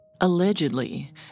Allegedly